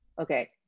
okay